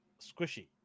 squishy